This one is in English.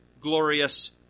glorious